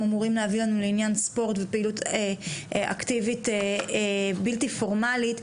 אמורים להביא לנו לעניין ספורט ופעילות אקטיבית בלתי פורמלית,